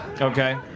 Okay